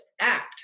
act